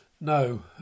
No